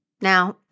Now